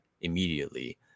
immediately